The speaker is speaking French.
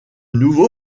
nouveau